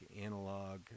analog